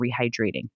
rehydrating